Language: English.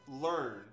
learn